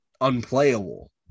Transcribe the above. unplayable